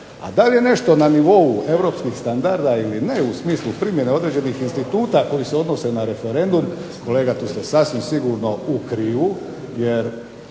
A da li je nešto na nivou europskih standarda ili ne u smislu primjene određenih instituta koji se odnose na referendum, kolega tu ste sasvim sigurno u krivu. Jer